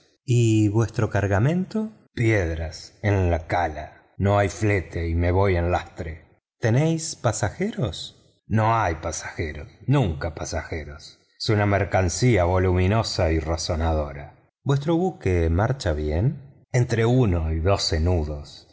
y vuestro cargamento piedras en la cala no hay flete y me voy en lastre tenéis pasajeros no hay pasajeros nunca pasajeros es una mercancía voluminosa y razonadora vuestro buque marcha bien entre once y doce nudos